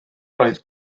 roedd